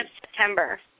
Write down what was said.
September